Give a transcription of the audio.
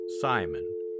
Simon